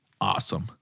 awesome